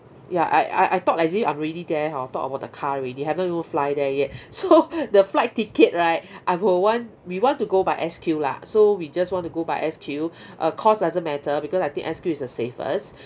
ya I I I talk as if I'm ready there hor talk about the car ready haven't even fly there yet so the flight ticket right I will want we want to go by S_Q lah so we just want to go by S_Q uh cost doesn't matter because I think S_Q is the safest